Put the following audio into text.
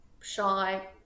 shy